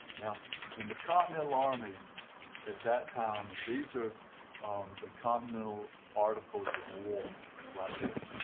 now in the continental army at that time and these are um the continental articles of war right here